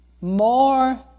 more